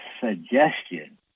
suggestion